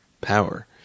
power